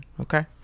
Okay